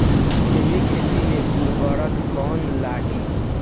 जैविक खेती मे उर्वरक कौन लागी?